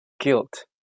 guilt